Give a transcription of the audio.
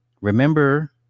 Remember